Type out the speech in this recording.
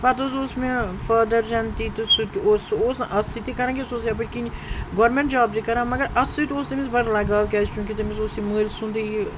پَتہٕ حظ اوس مےٚ فادَر جَنتی تہٕ سُہ تہِ اوسُ اوس نہٕ اَتھ سۭتۍ تہِ کَران کیٚنہہ سُہ اوس یَپٲرۍ کِنۍ گورمٮ۪نٹ جاب تہِ کَران مگر اَتھ سۭتۍ اوس تٔمِس بَڑٕ لَگاو کیازِ چوٗنٛکہِ تٔمِس اوس یہِ مٔٲلۍ سُنٛدٕے یہِ